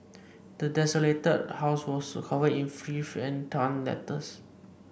the desolated house was covered in filth and torn letters